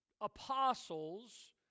apostles